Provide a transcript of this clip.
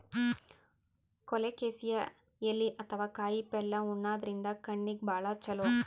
colocasia ಎಲಿ ಅಥವಾ ಕಾಯಿಪಲ್ಯ ಉಣಾದ್ರಿನ್ದ ಕಣ್ಣಿಗ್ ಭಾಳ್ ಛಲೋ